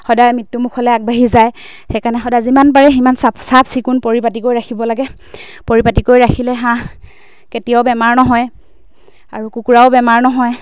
সদায় মৃত্যুমুখলৈ আগবাঢ়ি যায় সেইকাৰণে সদায় যিমান পাৰে সিমান চাফ চাফ চিকুণ পৰিপাটিকৈ ৰাখিব লাগে পৰিপাটিকৈ ৰাখিলে হাঁহ কেতিয়াও বেমাৰ নহয় আৰু কুকুৰাও বেমাৰ নহয়